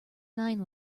nine